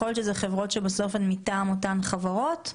יכול להיות שזה חברות שבסוף הן מטעם אותן חברות?